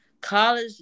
college